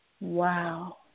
Wow